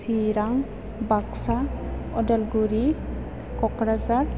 Chirang Baksa Udalguri Kokrajhar